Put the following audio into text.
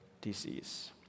disease